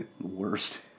Worst